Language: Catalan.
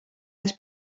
les